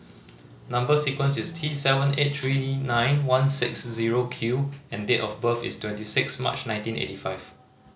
number sequence is T seven eight three nine one six zero Q and date of birth is twenty six March nineteen eighty five